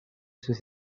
sus